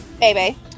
baby